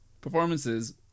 performances